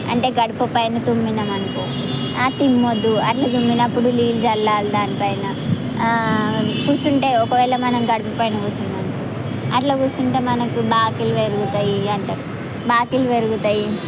అంటే గడప పైన తుమ్మినాం అనుకో తుమ్మద్దు అట్లా తుమ్మినప్పుడు నీళ్ళు చల్లాలి దానిపైన కుర్చుంటే ఒకవేళ మనం గడపపైనా కూర్చున్నాం అనుకో అట్లా కుర్చుంటే మనకి బాకీలు పెరుగుతాయి అంటారు బాకీలు పెరుగుతాయి